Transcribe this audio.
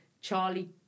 Charlie